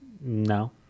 No